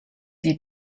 die